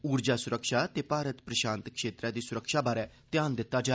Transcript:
उआं सुरक्षा ते भारत प्रशांत क्षेत्र दी सुरक्षा बारे ध्यान दित्ता जाग